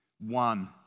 One